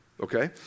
okay